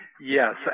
Yes